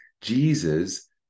Jesus